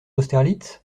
austerlitz